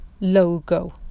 logo